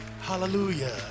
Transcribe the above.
Hallelujah